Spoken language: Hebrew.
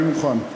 אני מוכן.